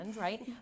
right